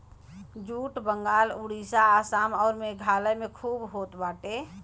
jute Bengal Orissa Assam अउर मेघालय में खूब होत बाटे